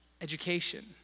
education